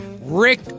Rick